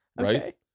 Right